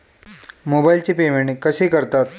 मोबाइलचे पेमेंट कसे करतात?